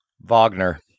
Wagner